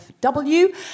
FW